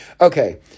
okay